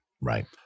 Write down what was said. Right